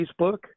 Facebook